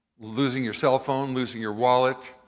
losing your cell phone, losing your wallet.